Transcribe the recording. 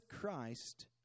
Christ